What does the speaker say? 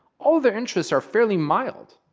all of their interests are fairly mild.